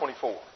24